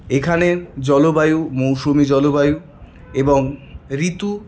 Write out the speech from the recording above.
এখানে জলবায়ু মৌসুমী জলবায়ু এবং ঋতু